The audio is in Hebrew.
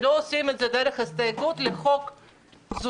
שלא עושים את זה דרך הסתייגות לחוק זוטר,